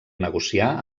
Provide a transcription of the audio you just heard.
negociar